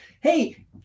hey